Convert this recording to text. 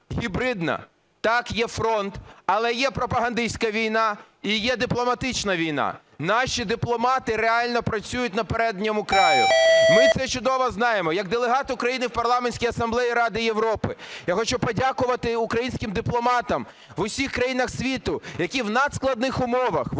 гібридна. Так, є фронт, але є пропагандистська війна і є дипломатична війна. Наші дипломати реально працюють на передньому краї, ми це чудово знаємо. Як делегат України в Парламентській Асамблеї Ради Європи я хочу подякувати українським дипломатам в усіх країнах світу, які в надскладних умовах, в умовах